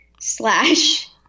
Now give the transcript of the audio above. slash